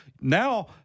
now